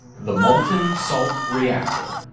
the molten-salt reactor.